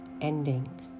ending